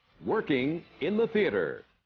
working in the theatre